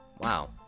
Wow